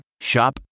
Shop